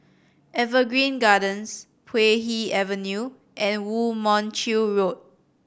Evergreen Gardens Puay Hee Avenue and Woo Mon Chew Road